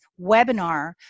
webinar